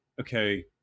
okay